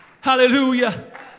Hallelujah